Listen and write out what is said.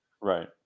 right